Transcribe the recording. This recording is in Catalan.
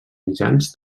mitjans